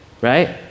right